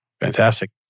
Fantastic